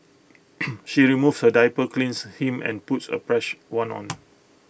she removes her diaper cleans him and puts A fresh one on